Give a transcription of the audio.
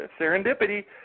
serendipity